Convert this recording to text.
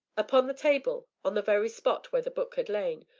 upon the table, on the very spot where the book had lain,